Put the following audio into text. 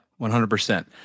100